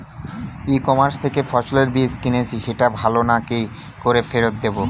E commerce থেকে ফসলের বীজ কিনেছি সেটা ভালো না কি করে ফেরত দেব?